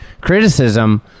criticism